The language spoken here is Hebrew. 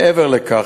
מעבר לכך,